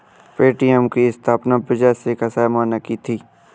Paytm की स्थापना विजय शेखर शर्मा ने की थी